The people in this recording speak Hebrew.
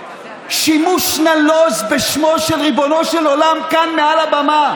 שימוש נלוז בשמו של ריבונו של עולם כאן מעל הבמה,